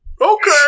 Okay